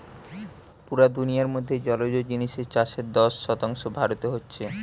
পুরা দুনিয়ার মধ্যে জলজ জিনিসের চাষের দশ শতাংশ ভারতে হচ্ছে